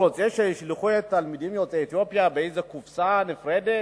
הוא רוצה שישלחו את התלמידים יוצאי אתיופיה באיזו קופסה נפרדת,